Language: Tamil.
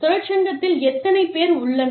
தொழிற்சங்கத்தில் எத்தனை பேர் உள்ளனர்